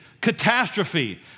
catastrophe